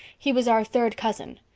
he was our third cousin.